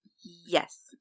Yes